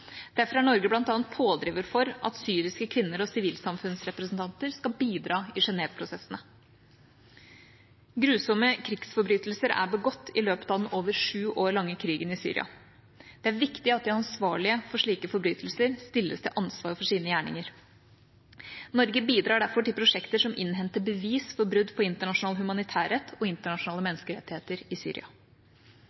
Derfor er Norge bl.a. pådriver for at syriske kvinner og sivilsamfunnsrepresentanter skal bidra i Genève-prosessene. Grusomme krigsforbrytelser er begått i løpet av den over sju år lange krigen i Syria. Det er viktig at de ansvarlige for slike forbrytelser stilles til ansvar for sine gjerninger. Norge bidrar derfor til prosjekter som innhenter bevis for brudd på internasjonal humanitærrett og internasjonale